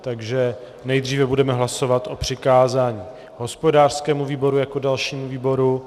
Takže nejdříve budeme hlasovat o přikázání hospodářskému výboru jako dalšímu výboru